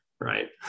right